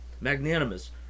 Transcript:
magnanimous